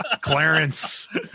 Clarence